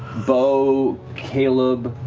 beau, caleb,